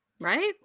right